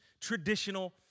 traditional